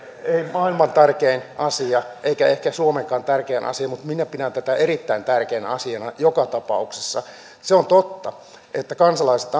maailman tärkein asia eikä ehkä suomenkaan tärkein asia mutta minä pidän tätä erittäin tärkeänä asiana joka tapauksessa se on totta että kansalaiset